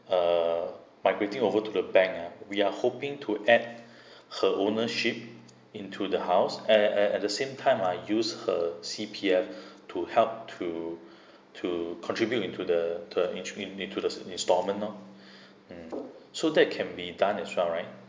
uh migrating over to the bank ah we are hoping to add her ownership into the house at at at the same time ah use her C_P_F to help to to contribute into the the in to into the installments ah hmm so that can be done as well right